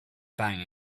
bang